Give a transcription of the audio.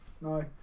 No